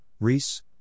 Reese